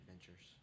adventures